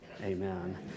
Amen